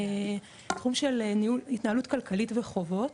תחום של התנהלות כלכלית וחובות.